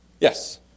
Yes